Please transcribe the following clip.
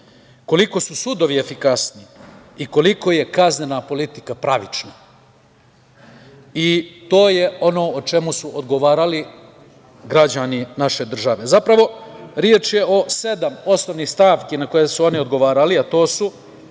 koliko su sudovi efikasni i koliko je kaznena politika pravična i to je ono o čemu su odgovarali građani naše države. Zapravo, reč je o sedam osnovnih stavki na koje su oni odgovarali, a to su